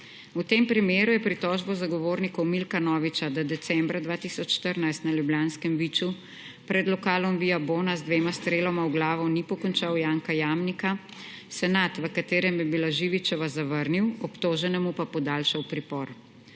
V tem primeru je pritožbo zagovorniku Milka Noviča, da decembra 2014 na ljubljanskem Viču pred lokalom ViaBona z dvema streloma v glavo ni pokončal Janka Jamnika, senat, v katerem je bila Živičeva, zavrnil, obtoženemu pa podaljšal pripor.